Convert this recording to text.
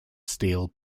steel